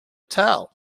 towel